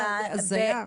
זו הזיה.